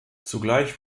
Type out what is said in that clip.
zugleich